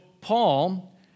Paul